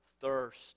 thirst